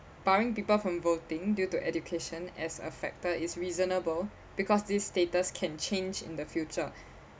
barring people from voting due to education as a factor is reasonable because this status can change in the future